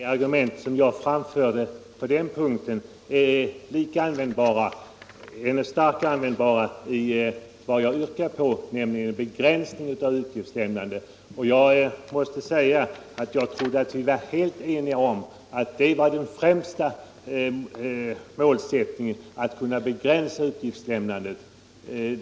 Herr talman! Till herr Hörberg vill jag säga att de argument jag framförde på den berörda punkten är ännu mer motivering för det jag yrkade på, nämligen en begränsning av uppgiftslämnandet. Jag trodde att vi var helt eniga om att främsta målsättningen är att begränsa uppgiftslämnandet.